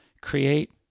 create